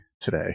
Today